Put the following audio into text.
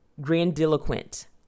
grandiloquent